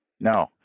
no